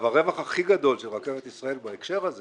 הרווח הכי גדול של רכבת ישראל בהקשר הזה